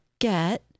Get